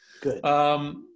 Good